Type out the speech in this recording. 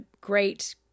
great